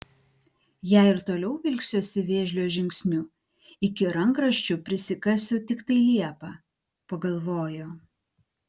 jei ir toliau vilksiuosi vėžlio žingsniu iki rankraščių prisikasiu tiktai liepą pagalvojo